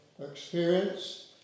experience